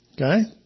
Okay